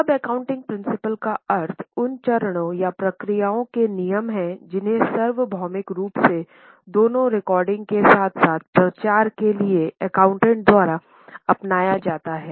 अब accounting principle का अर्थ उन आचरणों या प्रक्रियाओं के नियम हैं जिन्हें सार्वभौमिक रूप से दोनों रिकॉर्डिंग के साथ साथ प्रसार के लिए एकाउंटेंट द्वारा अपनाया जाता है